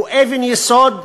הוא אבן יסוד,